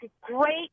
great